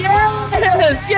Yes